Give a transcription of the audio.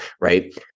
right